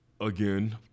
again